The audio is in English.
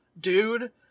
dude